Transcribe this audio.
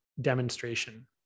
demonstration